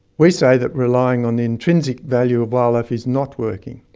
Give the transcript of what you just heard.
we say that relying on the intrinsic value of wildlife is not working.